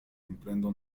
emprendió